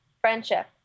friendship